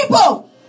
people